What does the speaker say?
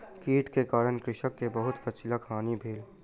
कीट के कारण कृषक के बहुत फसिलक हानि भेल